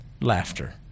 laughter